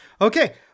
Okay